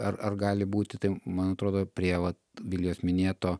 ar ar gali būti tai man atrodo prie vat vilijos minėto